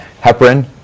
heparin